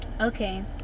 Okay